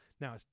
Now